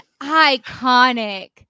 iconic